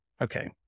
Okay